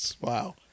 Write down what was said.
Wow